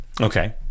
Okay